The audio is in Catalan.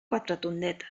quatretondeta